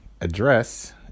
address